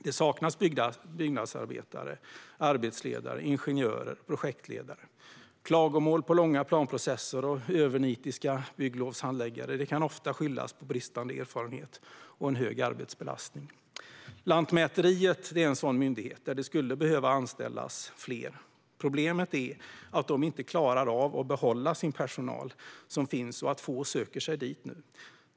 Det saknas byggnadsarbetare, arbetsledare, ingenjörer och projektledare. Klagomål på långa planprocesser och övernitiska bygglovshandläggare kan ofta skyllas på bristande erfarenhet och hög arbetsbelastning. Lantmäteriet är en sådan myndighet där det skulle behöva anställas fler. Problemet är att myndigheten inte klarar av att behålla den personal som finns och att få söker sig dit.